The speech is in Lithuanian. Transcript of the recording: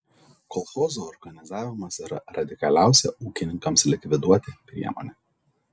kolchozų organizavimas yra radikaliausia ūkininkams likviduoti priemonė